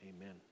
Amen